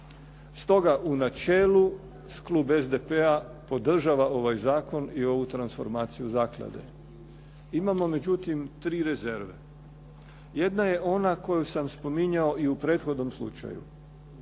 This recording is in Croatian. Stoga u načelu klub SDP-a podržava ovaj zakon i ovu transformaciju zaklade. Imamo međutim tri rezerve. Jedna je ona koju sam spominjao i u prethodnom slučaju.